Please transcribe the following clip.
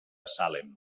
salem